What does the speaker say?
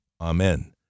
Amen